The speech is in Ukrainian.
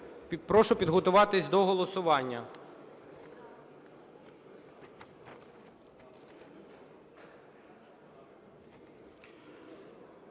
Прошу підготуватись до голосування.